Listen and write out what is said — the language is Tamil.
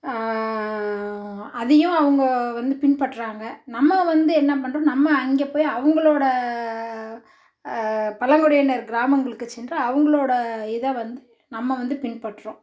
அதையும் அவங்க வந்து பின்பற்றாங்க நம்ம வந்து என்ன பண்ணுறோம் நம்ம அங்கே போய் அவங்களோட பழங்குடியினர் கிராமங்களுக்கு சென்று அவங்களோட இதை வந்து நம்ம வந்து பின்பற்றுகிறோம்